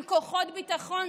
עם כוחות ביטחון,